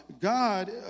God